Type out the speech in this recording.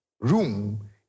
room